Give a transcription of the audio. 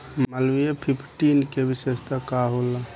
Malviya fifteen के विशेषता का होला?